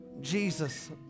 Jesus